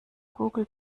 google